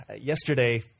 Yesterday